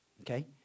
Okay